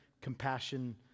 compassion